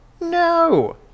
No